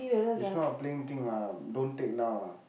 it's not a playing thing ah don't take now ah